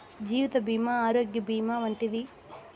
జీవిత భీమా ఆరోగ్య భీమా వంటివి